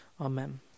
Amen